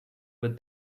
would